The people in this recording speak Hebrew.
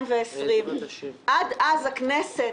ועד אז הכנסת,